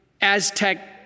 Aztec